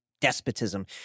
despotism